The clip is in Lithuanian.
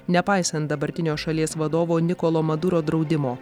nepaisant dabartinio šalies vadovo nikolo maduro draudimo